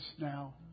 now